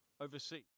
overseas